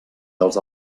dels